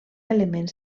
elements